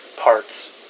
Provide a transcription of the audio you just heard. parts